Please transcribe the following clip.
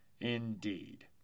Indeed